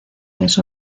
les